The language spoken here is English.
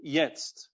jetzt